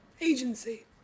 agency